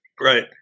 Right